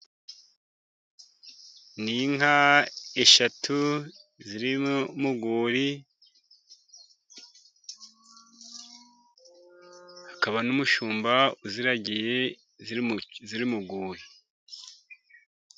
Ni inka eshatu ziri mu rwuri，hakaba n'umushumba uziragiye ziri mu rwuri.